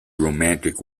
romantic